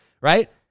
right